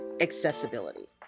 accessibility